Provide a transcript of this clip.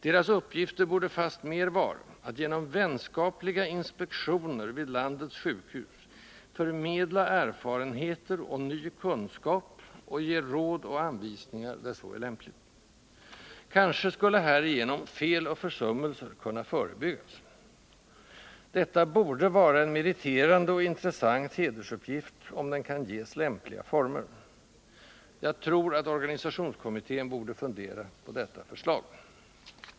Deras uppgifter borde fastmer vara att genom vänskapliga ”inspektioner” vid landets sjukhus förmedla erfarenheter och ny kunskap och ge råd och anvisningar där så är lämpligt. Kanske skulle härigenom ”fel och försummelser” kunna förebyggas. Detta borde vara en meriterande och intressant hedersuppgift — om den kan ges lämpliga former. Kanhända organisationskommittén borde fundera på detta förslag.